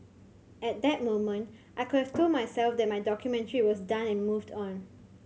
at that moment I could have told myself that my documentary was done and moved on